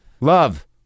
Love